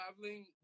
traveling